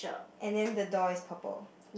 and then the door is purple